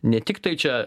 ne tiktai čia